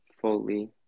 fully